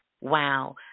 Wow